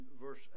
verse